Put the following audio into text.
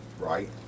Right